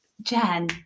Jen